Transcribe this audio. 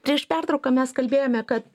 prieš pertrauką mes kalbėjome kad